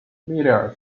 miller